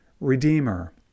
redeemer